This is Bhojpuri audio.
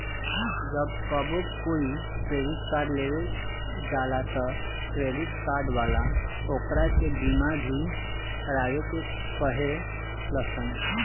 जब कबो कोई क्रेडिट कार्ड लेवे जाला त क्रेडिट कार्ड वाला ओकरा के बीमा भी करावे के कहे लसन